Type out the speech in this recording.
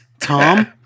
Tom